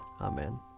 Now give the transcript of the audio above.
Amen